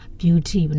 beauty